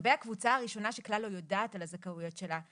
לגבי הקבוצה הראשונה שכלל לא יודעת על הזכאויות שלה,